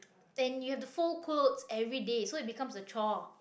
and you have to fold clothes everyday so it becomes a chore